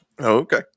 Okay